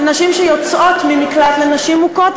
לנשים שיוצאות ממקלט לנשים מוכות,